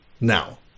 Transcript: now